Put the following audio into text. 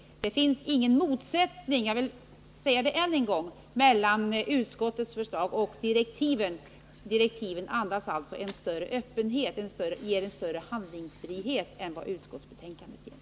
Det finns alltså ingen motsättning — jag vill säga det ännu en gång — mellan utskottets förslag och direktiven. Direktiven ger en större handlingsfrihet än utskottsbetänkandet gör.